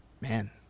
man